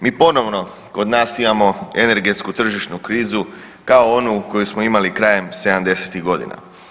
Mi ponovno kod nas imamo energetsku tržišnu krizu kao onu koju smo imali krajem '70.-tih godina.